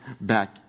back